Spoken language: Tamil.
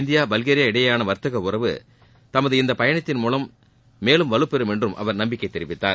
இந்தியா பல்கேரியா இடையேயான வர்த்தக உறவு தமது இந்த பயணத்தின் மூலம் மேலும் வலுப்பெறும் என்று அவர் நம்பிக்கை தெரிவித்தார்